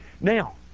Now